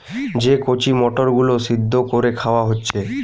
যে কচি মটর গুলো সিদ্ধ কোরে খাওয়া হচ্ছে